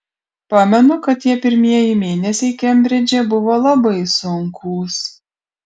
pamenu kad tie pirmieji mėnesiai kembridže buvo labai sunkūs